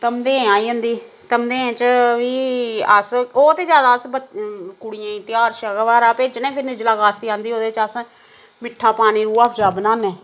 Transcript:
धमदेह् आई जंदी धमदेह् च बी अस ओह् ते जादा अस कुड़ियें ई ध्यार श्यार बगैरा भेजने फ्ही निर्जला कास्ती आंदी ओह्दे च अस मिट्ठा पानी रूह अफ्ज़ा बनाने